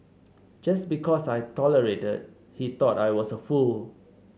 just because I tolerated he thought I was a fool